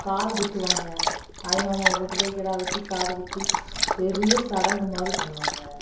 காதுக்குத்துவாங்க தாய்மாமாவை கூட்டுப்போய் கிடா வெட்டி காதுக்குத்தி பெரிய சடங்கு மாதிரி பண்ணுவாங்க